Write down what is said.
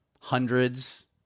hundreds